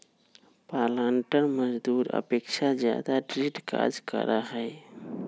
पालंटर मजदूर के अपेक्षा ज्यादा दृढ़ कार्य करा हई